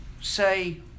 say